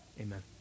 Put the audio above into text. Amen